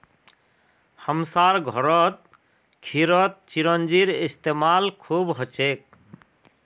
हमसार घरत खीरत चिरौंजीर इस्तेमाल खूब हछेक